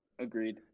Agreed